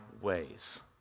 ways